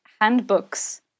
handbooks